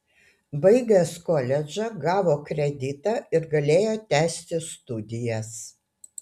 baigęs koledžą gavo kreditą ir galėjo tęsti studijas